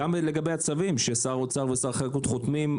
גם לגבי הצווים ששר האוצר ושר החקלאות חותמים,